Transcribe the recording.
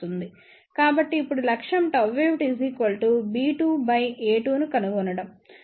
కాబట్టి ఇప్పుడు లక్ష్యం Γout b2 బై a2 ను కనుగొనడం